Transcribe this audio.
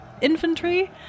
infantry